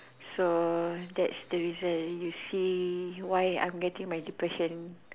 so that's the reason you see why I'm getting my depression